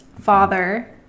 father